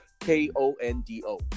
K-O-N-D-O